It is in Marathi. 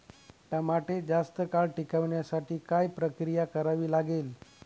टमाटे जास्त काळ टिकवण्यासाठी काय प्रक्रिया करावी लागेल?